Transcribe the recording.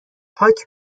پاک